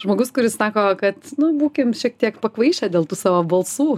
žmogus kuris sako kad nu būkim šiek tiek pakvaišę dėl tų savo balsų